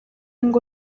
ngo